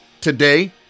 today